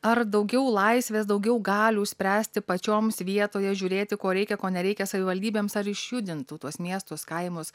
ar daugiau laisvės daugiau galių spręsti pačioms vietoje žiūrėti ko reikia ko nereikia savivaldybėms ar išjudintų tuos miestus kaimus